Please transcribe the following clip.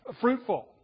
fruitful